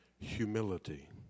Humility